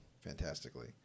fantastically